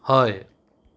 हय